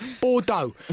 Bordeaux